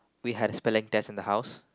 we had a spelling test in the house